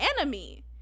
enemy